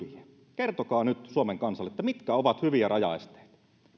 kertokaa nyt suomen kansalle mitkä ovat hyviä rajaesteitä